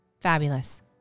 Fabulous